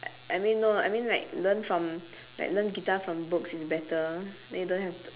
I mean no lah I mean like learn from like learn guitar from books is better then you don't have t~